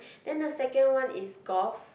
then the second one is golf